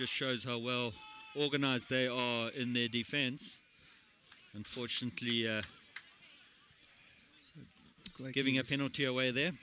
just shows how well organized they are in their defense unfortunately glenn giving a penalty away there